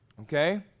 Okay